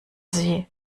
sie